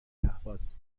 اهواز